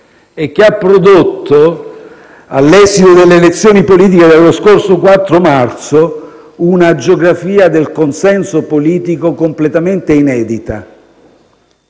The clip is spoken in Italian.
e che ha prodotto, all'esito delle elezioni politiche dello scorso 4 marzo, una geografia del consenso politico completamente inedita.